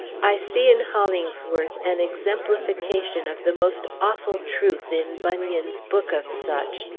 i see in hollingsworth an exemplification of the most awful truth in bunyan's book of such,